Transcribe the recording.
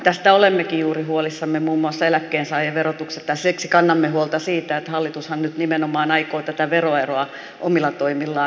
tästä olemmekin juuri huolissamme muun muassa eläkkeensaajan verotuksesta ja siksi kannamme huolta siitä että hallitushan nyt nimenomaan aikoo tätä veroeroa omilla toimillaan kasvattaa